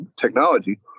technology